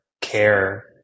care